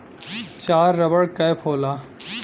चार rubber cap होला